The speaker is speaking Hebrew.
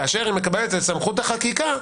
כאשר היא מקבלת את סמכות החקיקה,